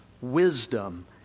wisdom